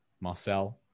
Marcel